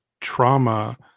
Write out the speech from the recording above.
trauma